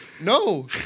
No